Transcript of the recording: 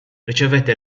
ricevette